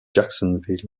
jacksonville